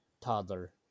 toddler